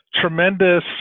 tremendous